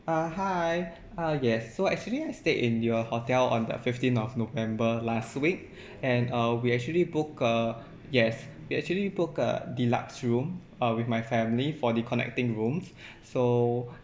uh hi uh yes so actually I stayed in your hotel on the fifteen of november last week and uh we actually book uh yes we actually booked a deluxe room uh with my family for the connecting rooms so